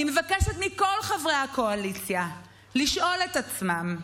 אני מבקשת מכל חברי הקואליציה לשאול את עצמם: